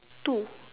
two